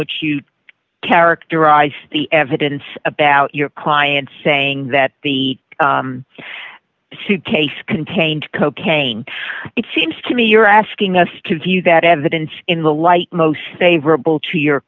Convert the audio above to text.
which you've characterized the evidence about your client saying that the suitcase contained cocaine it seems to me you're asking us to do that evidence in the light most favorable to your